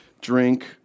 drink